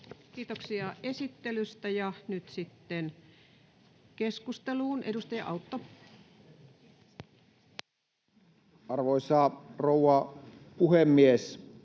Kiitoksia esittelystä. — Nyt sitten keskusteluun. — Edustaja Autto. Arvoisa rouva puhemies!